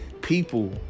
People